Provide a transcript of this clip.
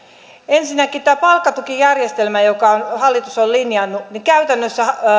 ensinnäkin tämän palkkatukijärjestelmän jonka hallitus on linjannut